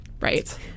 Right